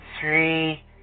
three